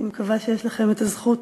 אני מקווה שיש לכם את הזכות